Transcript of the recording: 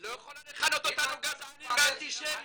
לא יכולה לכנות אותנו גזענים ואנטישמיים.